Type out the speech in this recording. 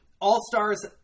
All-Stars